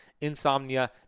insomnia